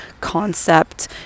concept